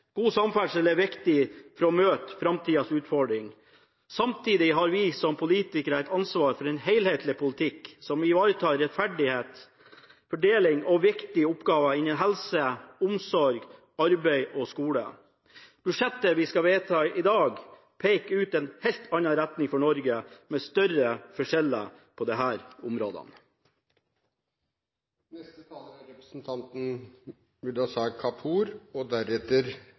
God samferdsel er viktig for å møte framtidas utfordringer. Samtidig har vi som politikere et ansvar for en helhetlig politikk som ivaretar rettferdig fordeling og viktige oppgaver innen helse, omsorg, arbeid og skole. Budsjettet vi skal vedta i dag, peker ut en helt annen retning for Norge, med større forskjeller på disse områdene. I Norge har vi en sterk tradisjon for at folk eier sin egen bolig. Et av områdene det er